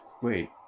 Wait